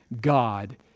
God